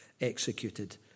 executed